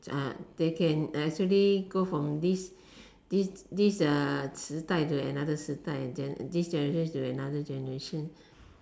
uh they can actually go from this this this uh 时代 to another 时代 gen~ this generation to another generation